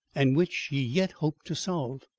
and which she yet hoped to solve,